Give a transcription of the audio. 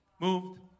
moved